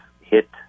hit